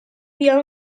بیام